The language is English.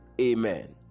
amen